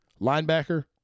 linebacker